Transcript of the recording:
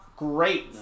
Great